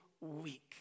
week